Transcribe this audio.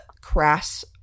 crass